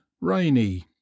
rainy